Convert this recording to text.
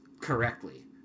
correctly